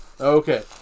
Okay